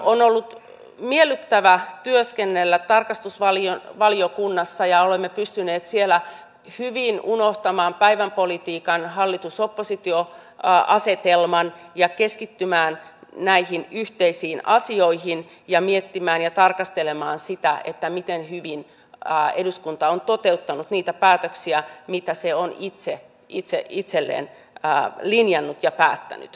on ollut miellyttävää työskennellä tarkastusvaliokunnassa ja olemme pystyneet siellä hyvin unohtamaan päivänpolitiikan hallitusoppositio asetelman keskittymään näihin yhteisiin asioihin ja miettimään ja tarkastelemaan sitä miten hyvin eduskunta on toteuttanut niitä päätöksiä mitä se on itse itselleen linjannut ja päättänyt